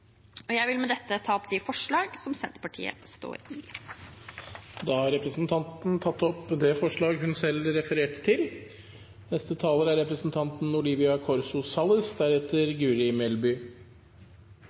Jeg vil med dette ta opp forslag nr. 2 fra Senterpartiet. Da har representanten Marit Knutsdatter Strand tatt opp det forslaget hun refererte til.